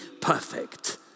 perfect